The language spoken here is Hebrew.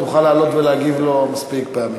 תוכל לעלות ולהגיב על דבריו מספיק פעמים.